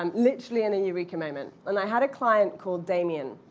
um literally in a eureka moment. and i had a client called damien.